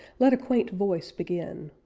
let a quaint voice begin